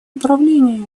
управлении